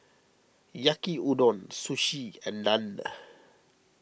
Yaki Udon Sushi and Naan